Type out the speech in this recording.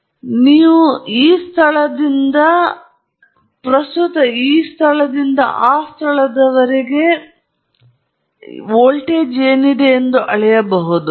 ಆದ್ದರಿಂದ ನೀವು ಸರಳವಾಗಿ ನಿಮಗೆ ತಿಳಿದಿರುವ ಈ ಸ್ಥಳದಿಂದ ಪ್ರಸ್ತುತ ಈ ಸ್ಥಳದಿಂದ ಅದನ್ನು ಸೆಳೆಯಬಹುದು ಮತ್ತು ನೀವು ಇಲ್ಲಿ ವೋಲ್ಟೇಜ್ ಅನ್ನು ಅಳೆಯಬಹುದು